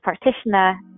practitioner